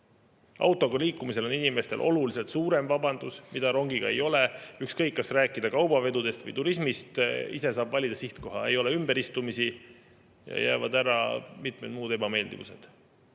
Autoga liikumisel on inimestel oluliselt suurem [vabadus], mida rongiga ei ole. Ükskõik, kas rääkida kaubavedudest või turismist, ise saab valida sihtkoha, ei ole ümberistumisi ja jäävad ära mitmed muud ebameeldivused.